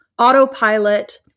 autopilot